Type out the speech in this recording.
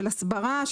של הסברה,